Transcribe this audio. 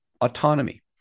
autonomy